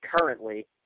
currently